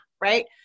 right